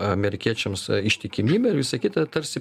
amerikiečiams ištikimybę ir visa kita tarsi